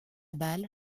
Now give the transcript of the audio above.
balle